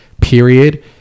Period